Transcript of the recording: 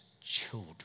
children